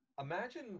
Imagine